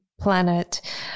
planet